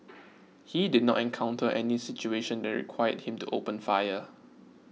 he did not encounter any situation that required him to open fire